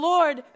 Lord